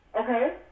Okay